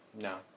No